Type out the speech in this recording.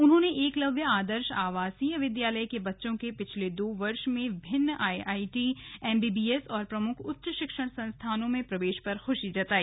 उन्होंने एकलव्य आदर्श आवासीय विद्यालय के बच्चों के पिछले दो वर्ष में विभिन्न आईआईटी एमबीबीएस और प्रमुख उच्च शिक्षा संस्थानों में प्रवेश पर खुशी जताई